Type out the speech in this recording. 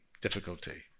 difficulty